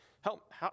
help